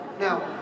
Now